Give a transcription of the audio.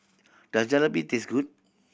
does Jalebi taste good